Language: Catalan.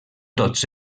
tots